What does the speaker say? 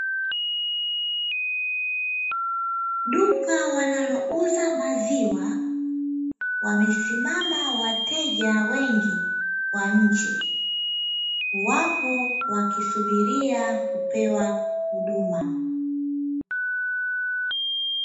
Duka wanalouza maziwa wamesimama wateja wengi kwa nje huku wapo wakisubiri kupewa huduma.